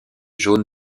jaune